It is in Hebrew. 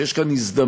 שיש כאן הזדמנות,